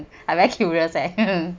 I very curious eh